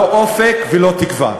לא אופק ולא תקווה.